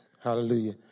Hallelujah